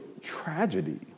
tragedy